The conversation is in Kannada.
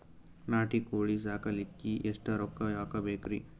ನಾಟಿ ಕೋಳೀ ಸಾಕಲಿಕ್ಕಿ ಎಷ್ಟ ರೊಕ್ಕ ಹಾಕಬೇಕ್ರಿ?